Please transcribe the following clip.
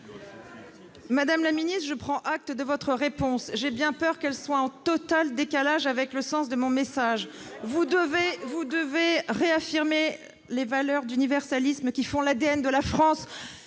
Madame la secrétaire d'État, je prends acte de votre réponse. J'ai bien peur qu'elle ne soit en total décalage avec le sens de mon message. Bien sûr ! Vous devez réaffirmer les valeurs d'universalisme qui font l'ADN de la France.